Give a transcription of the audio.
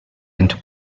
into